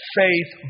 faith